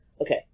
Okay